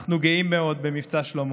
אנחנו גאים מאוד במבצע שלמה,